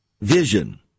vision